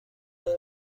کارو